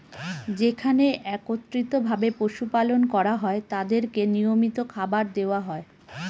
যেখানে একত্রিত ভাবে পশু পালন করা হয় তাদেরকে নিয়মিত ভাবে খাবার দেওয়া হয়